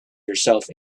yourself